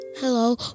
Hello